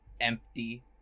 empty